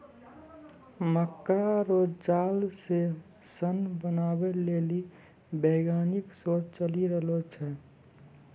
मकड़ा रो जाल से सन बनाबै लेली वैज्ञानिक शोध चली रहलो छै